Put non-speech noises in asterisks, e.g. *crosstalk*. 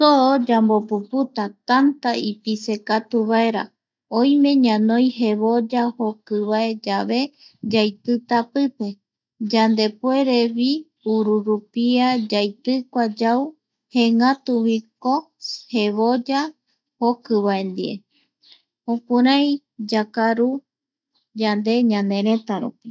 Soo yambopuputa *noise* tanta ipise katu vaera, oime ñanoi jevoya *noise* jokivae yave yaitivi pipe, yandepuerevi ururupia yaitigua yau jengatuviko *noise* jevoya jokivae ndie jokurayande yakaru ñaneretarupi.